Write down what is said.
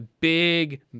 big